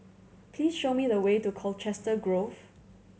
please show me the way to Colchester Grove